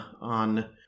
on